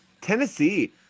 Tennessee